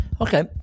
Okay